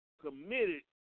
committed